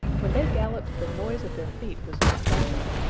when they galloped, the noise of their feet was like thunder.